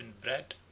bread